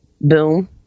boom